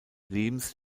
lebens